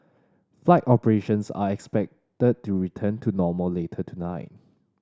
flight operations are expected to return to normal later tonight